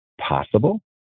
possible